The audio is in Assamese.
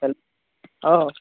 হেল্ল' অ